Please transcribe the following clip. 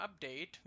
update